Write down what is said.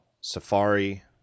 Safari